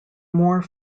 more